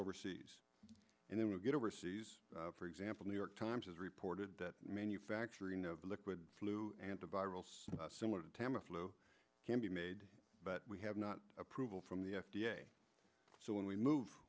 overseas and then we get overseas for example new york times has reported that manufacturing the liquid flu anti viral similar to tamiflu can be made but we have not approval from the f d a so when we move